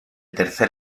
tercer